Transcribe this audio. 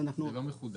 אז אנחנו מחדדים.